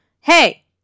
hey